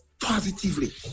positively